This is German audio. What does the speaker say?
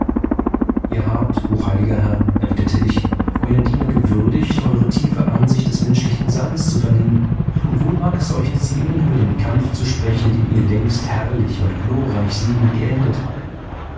ihr habt hochheiliger herr erwiderte ich euern diener gewürdigt eure tiefe ansicht des menschlichen seins zu vernehmen und wohl mag es euch ziemen über den kampf zu sprechen den ihr längst herrlich und glorreich siegend geendet